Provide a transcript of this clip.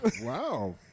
wow